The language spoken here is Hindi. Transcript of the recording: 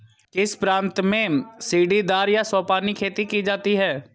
किस प्रांत में सीढ़ीदार या सोपानी खेती की जाती है?